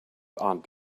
aunt